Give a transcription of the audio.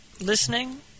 listening